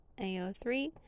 AO3